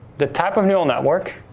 the type of neural network.